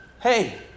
Hey